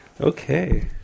Okay